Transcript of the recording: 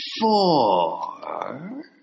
four